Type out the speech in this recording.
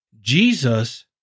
Jesus